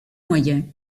moyens